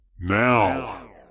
Now